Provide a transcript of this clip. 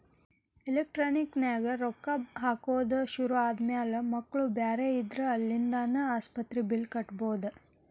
electronic ನ್ಯಾಗ ರೊಕ್ಕಾ ಹಾಕೊದ್ ಶುರು ಆದ್ಮ್ಯಾಲೆ ಮಕ್ಳು ಬ್ಯಾರೆ ಇದ್ರ ಅಲ್ಲಿಂದಾನ ಆಸ್ಪತ್ರಿ ಬಿಲ್ಲ್ ಕಟ ಬಿಡ್ಬೊದ್